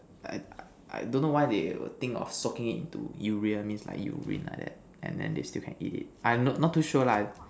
I I don't know why they were think of soaking it into urea means like urine like that and then they still can eat it I I'm not too sure lah